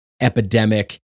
epidemic